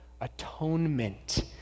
atonement